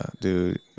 dude